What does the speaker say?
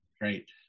Great